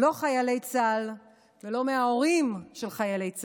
לא מחיילי צה"ל ולא מההורים של חיילי צה"ל,